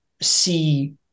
see